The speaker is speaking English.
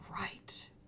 right